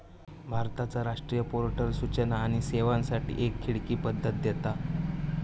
भारताचा राष्ट्रीय पोर्टल सूचना आणि सेवांसाठी एक खिडकी पद्धत देता